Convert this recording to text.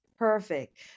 Perfect